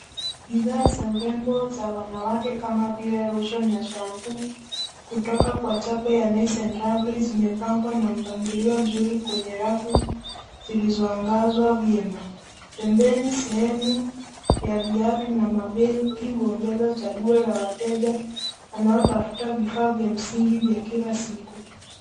Bidhaa za urembo za wanawake kama vile lotion na shampoo kutoka kwa chapa ya Nice and Lovely zimepangwa na mpangilio mzuri kwenye rafu zilizoangazwa vyema. Pembeni sehemu ya viatu na mabegi huongeza chaguo la wateja wanaotafuta vifaa vya msingi vya kila siku.